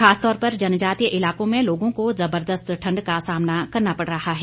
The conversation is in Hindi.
खासतौर पर जनजातीय इलाकों में लोगों को ज़बरदस्त ठंड का सामना करना पड़ रहा है